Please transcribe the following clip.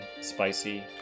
spicy